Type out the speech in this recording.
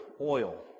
oil